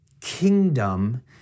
Kingdom